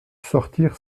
sortir